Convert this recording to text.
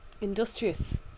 Industrious